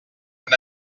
tan